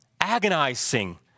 agonizing